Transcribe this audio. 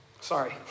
Sorry